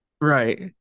Right